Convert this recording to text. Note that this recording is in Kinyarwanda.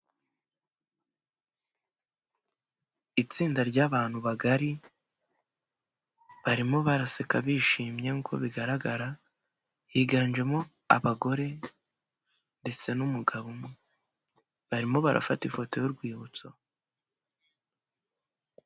Itsinda ry'abantu bagari, barimo baraseka bishimye ko bigaragara, higanjemo abagore ndetse n'umugabo umwe, barimo barafata ifoto y'urwibutso.